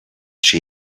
she